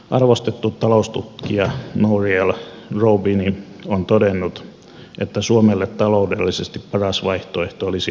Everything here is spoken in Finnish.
arvostettu taloustutkija nouriel roubini on todennut että suomelle taloudellisesti paras vaihtoehto olisi erota eurosta